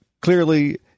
clearly